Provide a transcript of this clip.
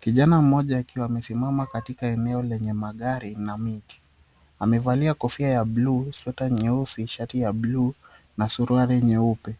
Kijana mmoja akiwa amesimama katika eneo lenye magari na miti, amevalia kofia ya buluu, sweta nyeusi shati ya buluu na suruali nyeupe .